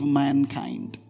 mankind